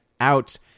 out